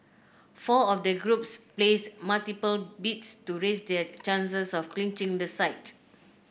four of the groups placed multiple bids to raise their chances of clinching the site